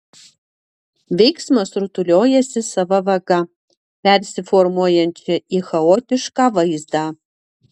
veiksmas rutuliojasi sava vaga persiformuojančia į chaotišką vaizdą